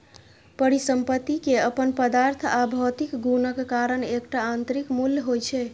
परिसंपत्ति के अपन पदार्थ आ भौतिक गुणक कारण एकटा आंतरिक मूल्य होइ छै